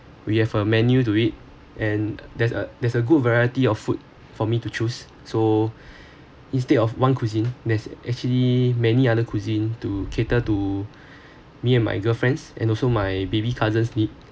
we have a menu to it and there's a there's a good variety of food for me to choose so instead of one cuisine there's actually many other cuisine to cater to me and my girlfriends and also my baby cousins